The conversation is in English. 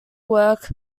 work